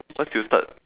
once you start